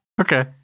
okay